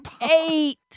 Eight